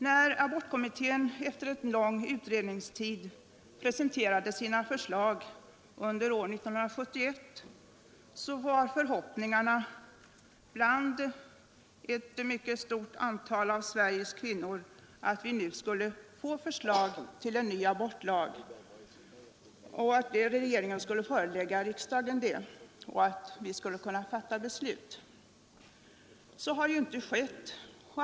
När abortkommittén efter lång utredningstid presenterade sina förslag under år 1971 var förhoppningarna stora bland många av Sveriges kvinnor att regeringen nu skulle förelägga riksdagen förslag till ny abortlag och att vi skulle kunna fatta beslut. Så har ju inte skett.